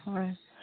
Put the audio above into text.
ꯍꯣꯏ